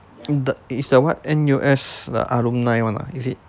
it's the what N_U_S the alumni [one] ah is it